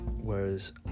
whereas